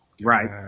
Right